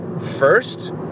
first